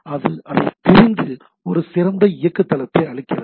அது அதைப் பிரித்து ஒரு சிறந்த இயங்குதளத்தை அளிக்கிறது